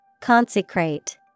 consecrate